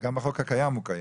גם החוק הקיים הוא קיים.